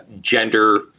gender